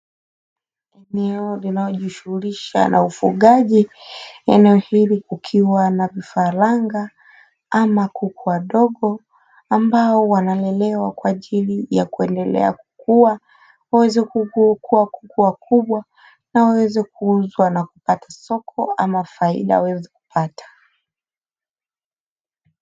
Eneo linalojishughulisha na ufugaji. Eneo hili kukiwa na vifaranga ama kuku wadogo, ambao wanalelewa kwa ajili ya kuendelea kukua waweze kuwa kuku wakubwa, na waweze kuuzwa na kupata soko ama faida aweze kupata.